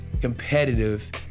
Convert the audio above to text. competitive